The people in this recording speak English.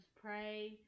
pray